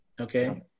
okay